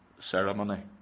ceremony